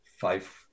five